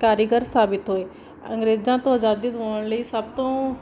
ਕਾਰਗਰ ਸਾਬਿਤ ਹੋਏ ਅੰਗਰੇਜ਼ਾਂ ਤੋਂ ਆਜ਼ਾਦੀ ਦਵਾਉਣ ਲਈ ਸਭ ਤੋਂ